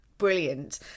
brilliant